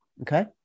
okay